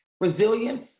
Resilience